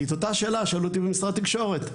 כי את אותה השאלה שאלו אותי במשרד התקשורת.